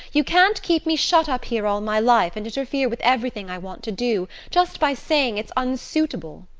you can't keep me shut up here all my life, and interfere with everything i want to do, just by saying it's unsuitable.